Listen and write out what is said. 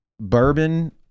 bourbon